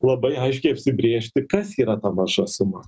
labai aiškiai apsibrėžti kas yra ta maža suma